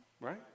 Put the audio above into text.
right